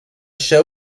show